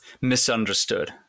misunderstood